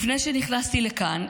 לפני שנכנסתי לכאן,